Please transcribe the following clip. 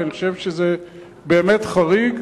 כי אני חושב שזה באמת חריג.